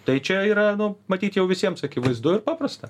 tai čia yra nu matyt jau visiems akivaizdu ir paprasta